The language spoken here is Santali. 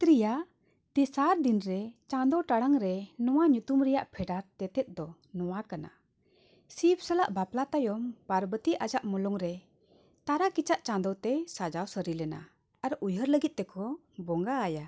ᱛᱨᱤᱭᱟ ᱛᱮᱥᱟᱨ ᱫᱤᱱ ᱨᱮ ᱪᱟᱸᱫᱚ ᱴᱟᱲᱟᱝ ᱨᱮ ᱱᱚᱣᱟ ᱧᱩᱛᱩᱢ ᱨᱮᱭᱟᱜ ᱯᱷᱮᱰᱟᱛ ᱛᱮᱛᱮᱫ ᱫᱚ ᱱᱚᱣᱟ ᱠᱟᱱᱟ ᱥᱤᱵᱽ ᱥᱟᱞᱟᱜ ᱵᱟᱯᱞᱟ ᱛᱟᱭᱚᱢ ᱯᱟᱨᱵᱚᱛᱤ ᱟᱡᱟᱜ ᱢᱚᱞᱚᱝ ᱨᱮ ᱛᱟᱨᱟ ᱠᱮᱪᱟᱜ ᱪᱟᱸᱫᱚᱛᱮ ᱥᱟᱡᱟᱣ ᱥᱟᱹᱨᱤ ᱞᱮᱱᱟ ᱟᱨ ᱩᱭᱦᱟᱹᱨ ᱞᱟᱹᱜᱤᱫ ᱛᱮᱠᱚ ᱵᱚᱸᱜᱟ ᱟᱭᱟ